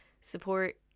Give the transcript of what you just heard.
Support